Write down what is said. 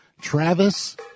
Travis